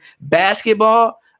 basketball